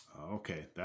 Okay